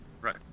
right